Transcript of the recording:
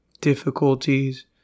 difficulties